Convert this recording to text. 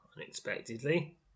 unexpectedly